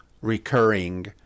recurring